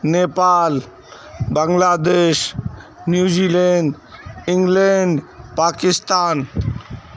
Nepal Bangladesh New Zealand England Pakistan